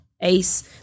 ACE